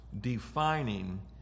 defining